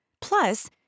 Plus